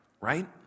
right